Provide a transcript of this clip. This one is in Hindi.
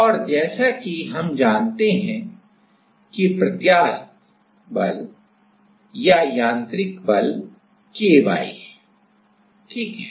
और जैसा कि हम जानते हैं कि प्रत्यास्थ बल या यांत्रिक बल ky है सही है